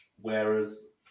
whereas